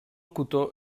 cotó